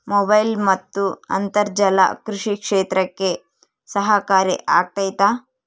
Mobile ಮತ್ತು ಅಂತರ್ಜಾಲ ಕೃಷಿ ಕ್ಷೇತ್ರಕ್ಕೆ ಸಹಕಾರಿ ಆಗ್ತೈತಾ?